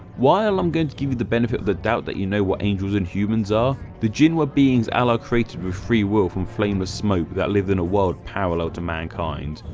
while i'm going to give you the benefit of the doubt that you know what angels and humans are, the jinn were beings allah created with free will from flameless smoke that live in a world parallel to mankind.